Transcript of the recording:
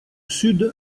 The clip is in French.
sud